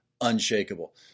unshakable